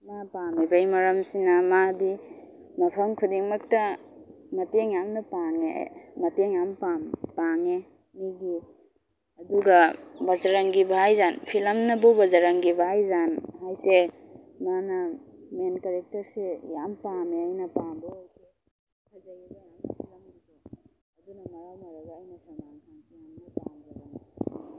ꯃꯥ ꯄꯥꯝꯃꯤꯕꯩ ꯃꯔꯝꯁꯤꯅ ꯃꯥꯗꯤ ꯃꯐꯝ ꯈꯨꯗꯤꯡꯃꯛꯇ ꯃꯇꯦꯡ ꯌꯥꯝꯅ ꯄꯥꯡꯉꯦ ꯃꯇꯦꯡ ꯌꯥꯝ ꯄꯥꯝꯃꯦ ꯄꯥꯡꯉꯦ ꯃꯤꯒꯤ ꯑꯗꯨꯒ ꯕꯖꯔꯪꯒꯤ ꯚꯥꯏꯖꯥꯟ ꯐꯤꯂꯝꯅꯕꯨ ꯕꯖꯔꯪꯒꯤ ꯚꯥꯏꯖꯥꯟ ꯍꯥꯏꯁꯦ ꯃꯥꯅ ꯃꯦꯟ ꯀꯦꯔꯛꯇꯔꯁꯦ ꯌꯥꯝ ꯄꯥꯝꯃꯦ ꯑꯩꯅ ꯄꯝꯕꯩ ꯍꯥꯏꯁꯦ ꯐꯖꯩꯌꯦꯕ ꯌꯥꯝꯅ ꯐꯤꯂꯝꯗꯨꯗ ꯑꯗꯨꯅ ꯃꯔꯝ ꯑꯣꯏꯔꯒ ꯑꯩꯅ ꯁꯜꯃꯥꯟ ꯈꯥꯟꯁꯦ ꯊꯑꯣꯏꯀꯤ ꯄꯥꯝꯖꯕꯅꯤ